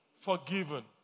forgiven